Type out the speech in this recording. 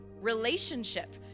relationship